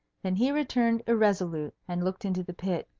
then he returned irresolute, and looked into the pit.